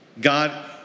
God